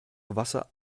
wasser